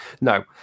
No